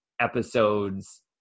episodes